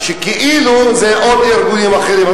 שכאילו זה עוד ארגונים אחרים.